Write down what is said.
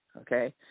Okay